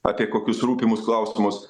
apie kokius rūpimus klausimus